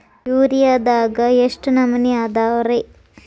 ಯೂರಿಯಾದಾಗ ಎಷ್ಟ ನಮೂನಿ ಅದಾವ್ರೇ?